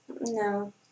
No